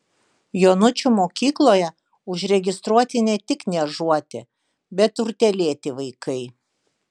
jonučių mokykloje užregistruoti ne tik niežuoti bet ir utėlėti vaikai